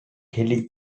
kelly